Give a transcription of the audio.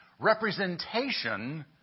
Representation